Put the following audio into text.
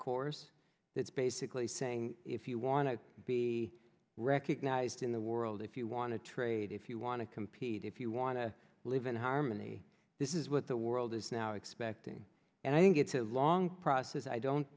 course that's basically saying if you want to be recognized in the world if you want to trade if you want to compete if you want to live in harmony this is what the world is now expecting and i think it's a long process i don't